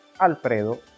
alfredo